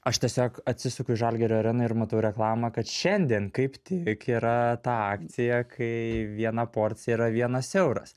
aš tiesiog atsisuku į žalgirio areną ir matau reklamą kad šiandien kaip tik yra ta akcija kai viena porcija yra vienas euras